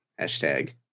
Hashtag